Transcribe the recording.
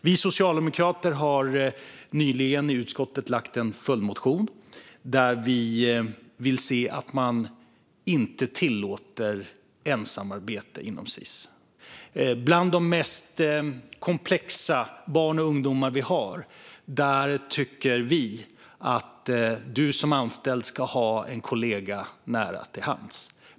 Vi socialdemokrater har nyligen i utskottet väckt en följdmotion om att inte tillåta ensamarbete inom Sis. Bland de mest komplexa barn och ungdomar vi har bör man som anställd ha en kollega nära till hands.